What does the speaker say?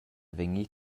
vegnir